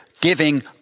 giving